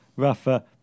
Rafa